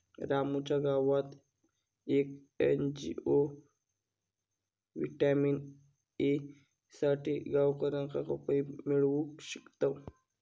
रामूच्या गावात येक एन.जी.ओ व्हिटॅमिन ए साठी गावकऱ्यांका पपई पिकवूक शिकवता